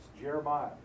Jeremiah